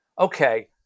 Okay